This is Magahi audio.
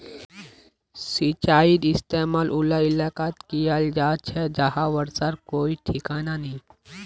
सिंचाईर इस्तेमाल उला इलाकात कियाल जा छे जहां बर्षार कोई ठिकाना नी